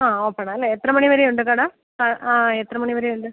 ആ ഓപ്പണാ അല്ലേ എത്ര മണി വരെയുണ്ട് കട ആ ആ എത്ര മണി വരെ ഉണ്ട്